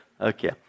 Okay